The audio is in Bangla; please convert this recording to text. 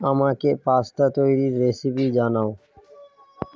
আমাকে পাস্তা তৈরির রেসিপি জানাও